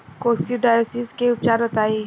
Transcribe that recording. Coccidiosis के उपचार बताई?